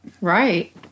Right